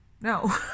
no